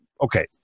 okay